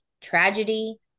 tragedy